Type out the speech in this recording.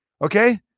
okay